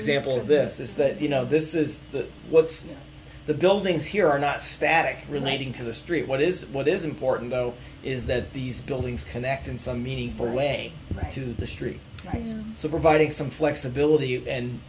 example of this is that you know this is the what's the buildings here are not static relating to the street what is what is important though is that these buildings connect in some meaningful way to destry things so providing some flexibility